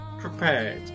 prepared